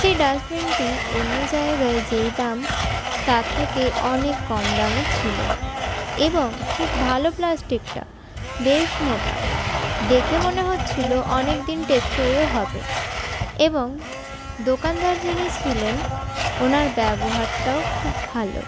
সেই ডাস্টবিনটি অন্য জায়গায় যেই দাম তার থেকে অনেক কম দামে ছিল এবং খুব ভালো প্লাস্টিকটা বেশ মোটা দেখে মনে হচ্ছিলো অনেকদিন টেকসইও হবে এবং দোকানদার যিনি ছিলেন ওঁর ব্যবহারটাও খুব ভালো